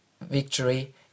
victory